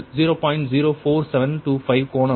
04725 கோணம் 221